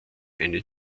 eine